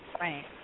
Right